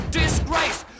disgrace